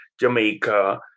Jamaica